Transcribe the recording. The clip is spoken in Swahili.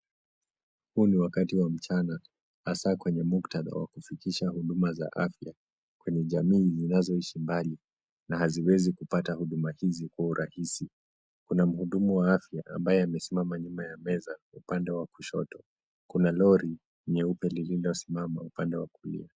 Huu ni wakati wa mchana, hasa kwenye muktadha wa kufikisha huduma za afya kwenye jamii zinazohishi mbali, na haziwezi kupata huduma hizi kwa urahisi. Kuna mhudumu wa afya, ambaye amesimama nyuma ya meza uapande wa kushoto. Kuna lori nyeupe lililosimama upande wa kulia.